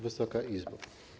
Wysoka Izbo!